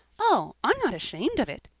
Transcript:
oh, i'm not ashamed of it,